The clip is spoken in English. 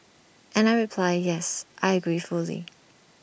and I reply yes I agree fully